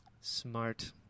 Smart